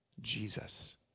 Jesus